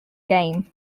game